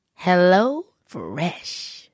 HelloFresh